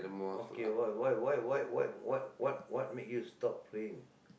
okay why why why why what what what make you stop praying